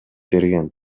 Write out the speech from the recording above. берген